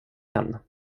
män